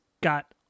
got